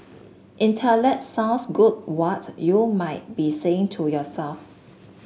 intellect sounds good what you might be saying to yourself